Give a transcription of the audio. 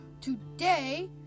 Today